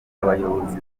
abayobozi